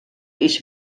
ich